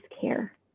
care